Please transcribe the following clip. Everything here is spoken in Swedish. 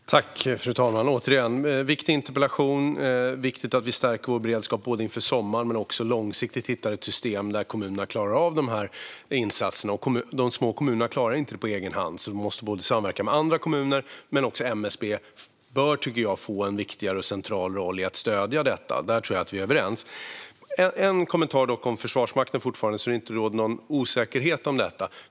Fru talman! Detta är, återigen, en viktig interpellation. Det är viktigt att vi både stärker vår beredskap inför sommaren och långsiktigt hittar ett system där kommunerna klarar av dessa insatser. De små kommunerna klarar det inte på egen hand, så de måste samverka med andra kommuner. Jag tycker också att MSB bör få en viktigare roll och en central roll i att stödja detta. Där tror jag att vi är överens. Jag vill ge en kommentar om Försvarsmakten, så att det inte råder någon osäkerhet om detta.